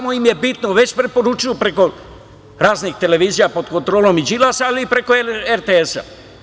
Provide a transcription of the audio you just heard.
Već preporučuju preko raznih televizija pod kontrolom i Đilasa ali i preko RTS.